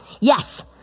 Yes